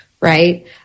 Right